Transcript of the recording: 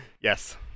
yes